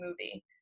movie